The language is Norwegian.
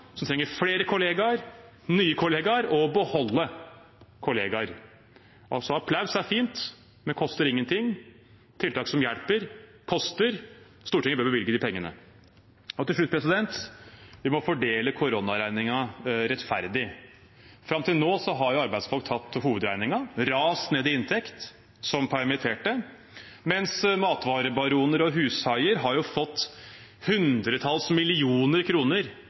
som trenger flere kollegaer, nye kollegaer og å beholde kollegaer. Applaus er fint, men koster ingenting. Tiltak som hjelper, koster. Stortinget bør bevilge de pengene. Til slutt: Vi må fordele koronaregningen rettferdig. Fram til nå har arbeidsfolk tatt hovedregningen, rast ned i inntekt som permitterte, mens matvarebaroner og hushaier har fått hundretalls millioner kroner